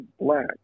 black